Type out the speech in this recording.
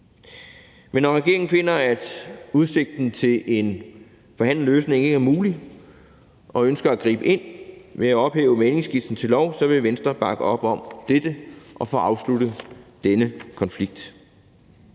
Men når regeringen finder, at udsigten til en forhandlet løsning ikke er mulig, og ønsker at gribe ind ved at ophæve mæglingsskitsen til lov, så vil Venstre bakke op om dette og få afsluttet denne konflikt.